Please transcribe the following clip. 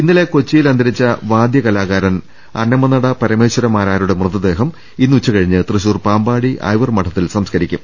ഇന്നലെ കൊച്ചിയിൽ അന്തരിച്ച വാദൃകലാകാരൻ അന്നമനട പരമേശ്വര മാരാരുടെ മൃതദേഹം ഇന്ന് ഉച്ചകഴിഞ്ഞ് തൃശൂർ പാമ്പാടി ഐവർ മഠത്തിൽ സംസ്കരിക്കും